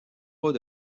pas